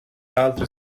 altre